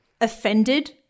offended